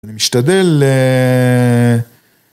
אני משתדל